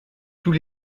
tous